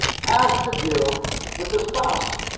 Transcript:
has to deal with the spouse.